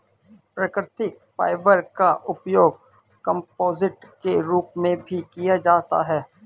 प्राकृतिक फाइबर का उपयोग कंपोजिट के रूप में भी किया जाता है